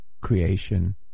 creation